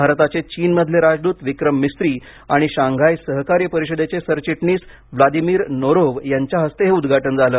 भारताचे चीनमधले राजदूत विक्रम मिस्री आणि शांघाय सहकार्य परिषदेचे सरचिटणीस व्लादिमिर नोरोव्ह यांच्या हस्ते हे उद्घाटन झालं